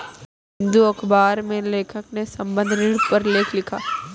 the Hindu अखबार में लेखक ने संबंद्ध ऋण पर लेख लिखा